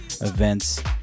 events